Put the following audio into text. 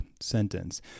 sentence